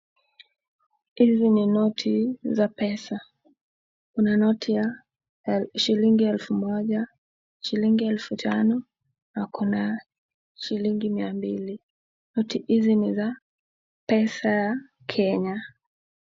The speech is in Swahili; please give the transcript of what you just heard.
Hizi ni noti za pesa, kuna noti ya shilingi elfu moja, shilingi elfu tano na kuna shilingi mia mbili, noti hizi ni za pesa ya Kenya.